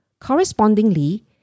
Correspondingly